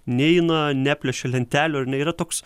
neina neplėšia lentelių ar ne yra toks